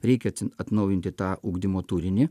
reikia atnaujinti tą ugdymo turinį